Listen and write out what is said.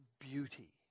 beauty